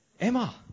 Emma